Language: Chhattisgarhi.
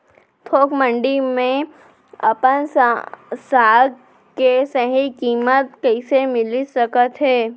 थोक मंडी में अपन साग के सही किम्मत कइसे मिलिस सकत हे?